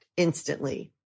Instantly